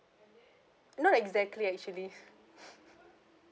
not exactly actually